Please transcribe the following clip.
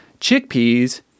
chickpeas